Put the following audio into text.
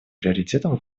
приоритетом